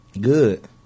Good